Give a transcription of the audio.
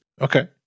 Okay